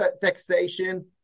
taxation